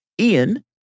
Ian